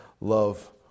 love